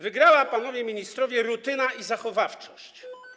Wygrała, panowie ministrowie, rutyna i zachowawczość.